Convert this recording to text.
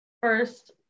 first